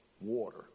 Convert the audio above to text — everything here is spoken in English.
water